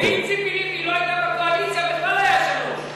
ואם ציפי לבני לא הייתה בקואליציה, בכלל היה שלוש.